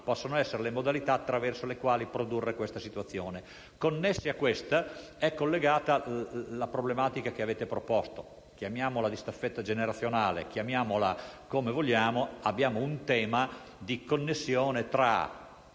possono essere le modalità attraverso le quali produrre questa situazione. A questo è collegata la problematica che avete proposto: chiamiamola staffetta generazionale o come vogliamo, abbiamo comunque un tema di connessione tra